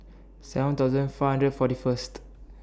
seven thousand four hundred and forty First